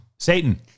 Satan